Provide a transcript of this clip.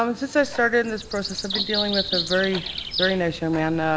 um since i started in this process, i've been dealing with a very very nice young man.